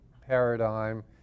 paradigm